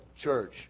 church